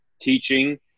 teaching